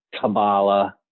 Kabbalah